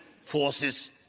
forces